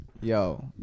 Yo